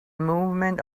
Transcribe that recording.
movement